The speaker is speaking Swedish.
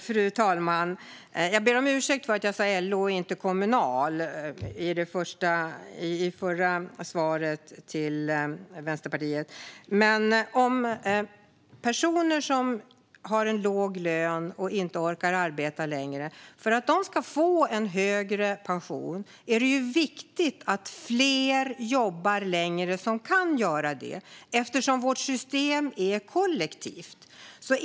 Fru talman! Jag ber om ursäkt för att jag sa LO och inte Kommunal i det förra svaret till Vänsterpartiet. Men för att personer som har en låg lön och inte orkar arbeta längre ska få en högre pension är det viktigt att fler som kan jobba längre gör det, eftersom vårt system är kollektivt.